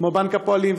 כמו בנק הפועלים,